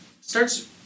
starts